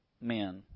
men